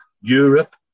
Europe